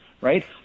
right